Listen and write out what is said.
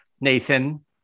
Nathan